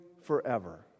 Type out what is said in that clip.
forever